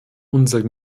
unser